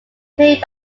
played